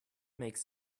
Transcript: makes